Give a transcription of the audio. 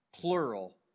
plural